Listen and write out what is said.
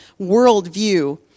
worldview